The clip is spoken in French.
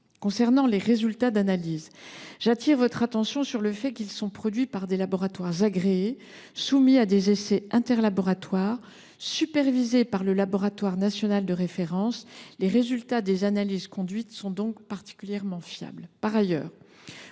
Concernant les résultats d’analyse, j’attire votre attention sur le fait qu’ils émanent de laboratoires agréés soumis à des essais interlaboratoires, supervisés par le laboratoire national de référence. Ils sont donc particulièrement fiables. Par ailleurs,